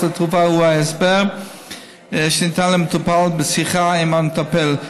לתרופה הוא ההסבר שניתן למטופל בשיחה עם המטפל.